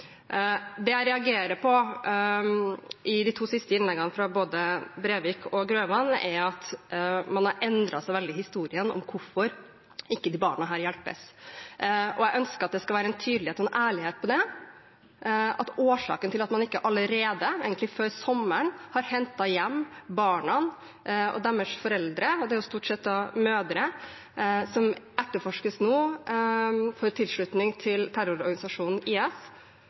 Det jeg reagerer på i de to siste innleggene, både fra representanten Breivik og fra representanten Grøvan, er at man har endret veldig historien om hvorfor ikke disse barna hjelpes. Jeg ønsker at det skal være en tydelighet og en ærlighet om at årsaken til at man ikke allerede – egentlig før sommeren – har hentet hjem barna og deres foreldre, stort sett mødre, som nå etterforskes for tilslutning til terrororganisasjonen IS,